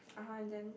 (uh huh) and then